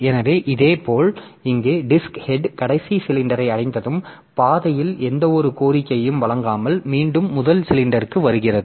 எனவே இதேபோல் இங்கே டிஸ்க் ஹெட் கடைசி சிலிண்டரை அடைந்ததும் பாதையில் எந்தவொரு கோரிக்கையையும் வழங்காமல் மீண்டும் முதல் சிலிண்டருக்கு வருகிறது